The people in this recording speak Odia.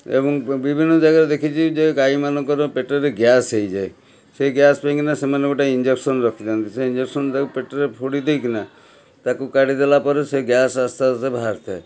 ଏବଂ ବିଭିନ୍ନ ଜାଗାରେ ଦେଖିଛି ଯେ ଗାଈମାନଙ୍କର ପେଟରେ ଗ୍ୟାସ୍ ହେଇଯାଏ ସେଇ ଗ୍ୟାସ୍ ପାଇଁକିନା ସେମାନେ ଗୋଟେ ଇଞ୍ଜେକ୍ସନ୍ ରଖିଥାଆନ୍ତି ସେ ଇଞ୍ଜେକ୍ସନ୍ଟାକୁ ପେଟରେ ଫୋଡ଼ି ଦେଇକିନା ତାକୁ କାଢ଼ି ଦେଲା ପରେ ସେ ଗ୍ୟାସ୍ ଆସ୍ତେ ଆସ୍ତେ ବାହାରିଥାଏ